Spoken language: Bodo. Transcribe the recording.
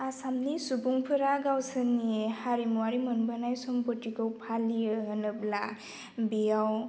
आसामनि सुबुंफोरा गावसोरनि हारिमुवारि मोनबोनाय सम्फथिखौ फालियो होनोब्ला बेयाव